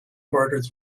borders